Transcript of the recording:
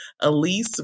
Elise